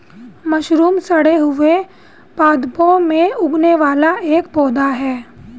mushroom सड़े हुए पादपों में उगने वाला एक पौधा है